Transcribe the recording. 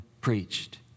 preached